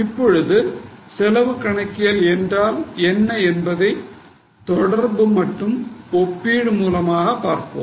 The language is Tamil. இப்போது செலவு கணக்கியல் என்றால் என்ன என்பதை தொடர்பு மற்றும் ஒப்பீடு மூலமாக பார்ப்போம்